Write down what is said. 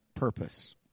purpose